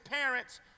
parents